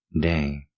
day